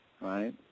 right